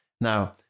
Now